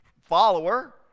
follower